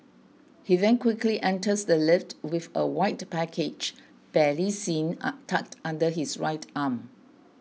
he then quickly enters the lift with a white package barely seen are tucked under his right arm